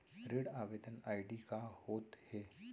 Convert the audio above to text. ऋण आवेदन आई.डी का होत हे?